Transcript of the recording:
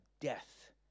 death